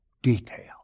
detail